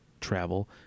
travel